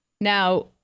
Now